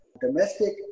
domestic